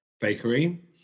bakery